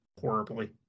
horribly